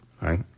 Right